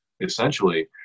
essentially